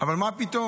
אבל מה פתאום?